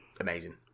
amazing